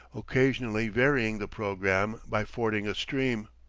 occasionally varying the programme by fording a stream.